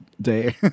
day